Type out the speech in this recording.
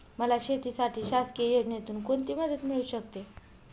मला शेतीसाठी शासकीय योजनेतून कोणतीमदत मिळू शकते?